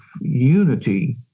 unity